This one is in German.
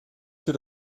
für